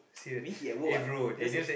means he at work what because